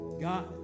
God